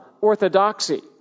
orthodoxy